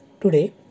Today